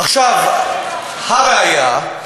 עכשיו, הא ראיה,